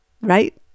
right